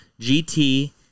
GT